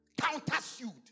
countersued